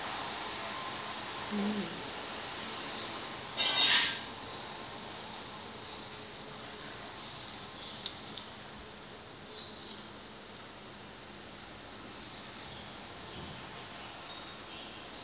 mm